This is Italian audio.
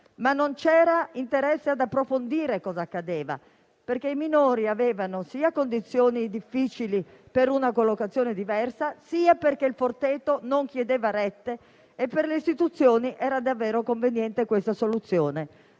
Non c'era però interesse ad approfondire cosa accadeva perché i minori avevano sia condizioni difficili per una collocazione diversa sia perché il Forteto non chiedeva rette e per le Istituzioni rappresentava una soluzione